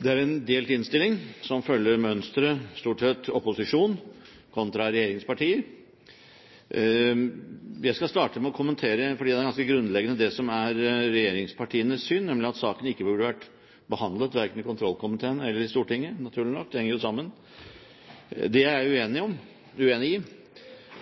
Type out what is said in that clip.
Det er en delt innstilling, som stort sett følger mønsteret opposisjonen kontra regjeringspartiene. Jeg skal starte med å kommentere – fordi det er ganske grunnleggende – det som er regjeringspartienes syn, nemlig at saken ikke burde ha vært behandlet verken i kontrollkomiteen eller i Stortinget, naturlig nok. Det henger jo sammen. Det er jeg uenig i,